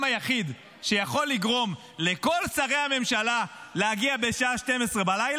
היחיד שיכול לגרום לכל שרי הממשלה להגיע בשעה 24:00?